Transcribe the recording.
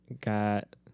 got